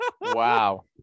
wow